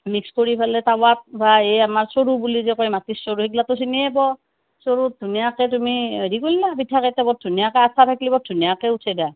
mix কৰি পেলাই টাৱাত বা সেই আমাৰ এই চৰু বুলি কয় যে মাটিৰ চৰু সেইবিলাকটো চিনিয়ে পোৱা চৰুত ধুনীয়াকৈ তুমি হেৰি কৰ্লা পিঠা কেইটা বৰ ধুনীয়াকৈ আঠা থাকিলে বৰ ধুনীয়াকৈ উঠে দিয়া